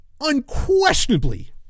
unquestionably